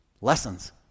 lessons